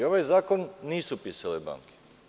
Ovaj zakon nisu pisale banke.